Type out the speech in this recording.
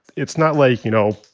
it's not like, you know,